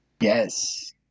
Yes